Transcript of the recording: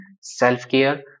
self-care